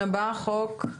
09:58.